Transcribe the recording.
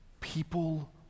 People